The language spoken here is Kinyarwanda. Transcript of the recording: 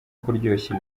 kuryoshya